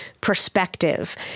perspective